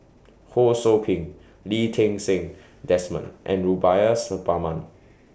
Ho SOU Ping Lee Ti Seng Desmond and Rubiah Suparman